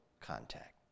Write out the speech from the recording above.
contact